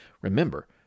remember